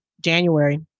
January